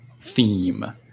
theme